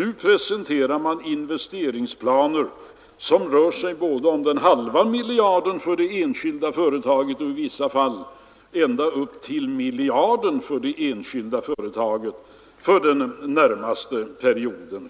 Och så presenterar man investeringsplaner som rör sig om den halva miljarden och i vissa fall ända upp till miljarden för det enskilda företaget när det gäller den närmaste perioden.